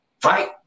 fight